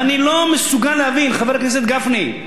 ואני לא מסוגל להבין, חבר הכנסת גפני,